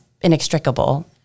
inextricable